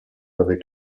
avec